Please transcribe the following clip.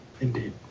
Indeed